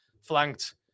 flanked